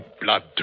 blood